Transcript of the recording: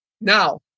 Now